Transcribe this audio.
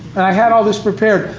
and i had all this prepared.